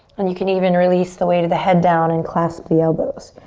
and you can even release the weight of the head down and clasp the elbows.